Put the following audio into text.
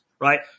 right